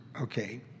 Okay